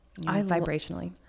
vibrationally